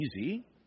easy